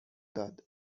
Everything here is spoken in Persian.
داد